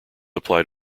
apply